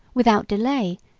without delay,